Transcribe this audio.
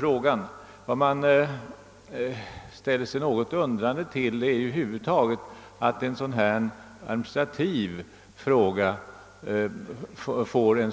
Jag ställer mig emellertid något undrande till varför en så administrativ fråga förorsakar